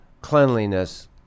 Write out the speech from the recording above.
cleanliness